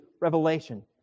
revelation